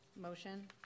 motion